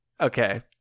Okay